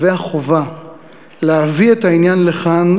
והחובה להביא את העניין לכאן,